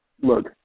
Look